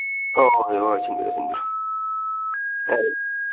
ꯑꯧ ꯍꯣꯏ ꯍꯣꯏ ꯁꯤꯟꯕꯤꯔꯣ ꯁꯤꯟꯕꯤꯔꯣ